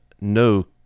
no